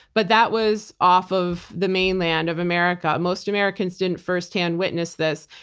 but that was off of the mainland of america. most americans didn't firsthand witness this.